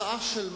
זמן פציעות.